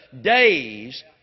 days